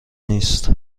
نیست